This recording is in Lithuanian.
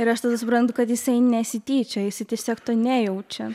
ir aš tada suprantu kad jisai nesityčioja jisai tiesiog to nejaučia